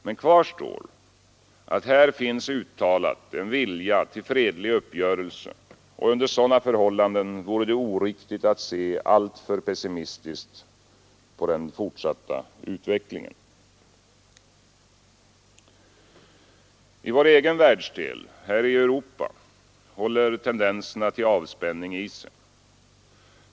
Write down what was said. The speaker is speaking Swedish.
Men kvar står att här finns uttalat en vilja till fredlig uppgörelse, och under sådana förhållanden vore det oriktigt att se alltför pessimistiskt på den fortsatta I vår egen världsdel, Europa, håller tendenserna till avspänning i sig.